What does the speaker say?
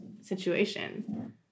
situation